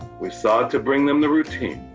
we sought to bring them the routine,